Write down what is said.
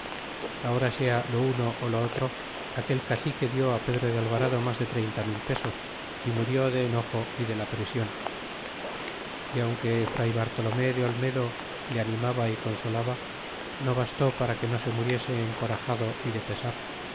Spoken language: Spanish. ahora sea lo uno üb o otro aquel cacique di a pedro de al varado mas de treinta mil pesos y murió de enojo y de la prision y aunque fr bartolomé de olmedo le animaba y consolaba no bastó para que no se muriese encorajado y de pesar